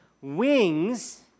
Wings